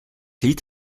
lied